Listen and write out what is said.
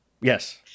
Yes